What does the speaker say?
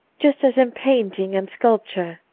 just as in painting and sculpture,